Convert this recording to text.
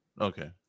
okay